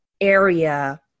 area